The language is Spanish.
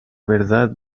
verdad